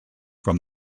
from